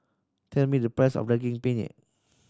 tell me the price of Daging Penyet